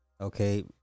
okay